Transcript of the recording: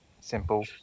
Simple